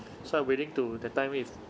so I waiting to that time if